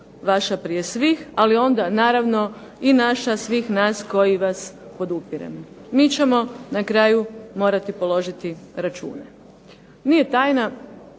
vaša prije svih, ali onda naravno i naša, svih nas koji vas podupiremo. Mi ćemo na kraju morati položiti račune. Nije tajna